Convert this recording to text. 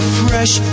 fresh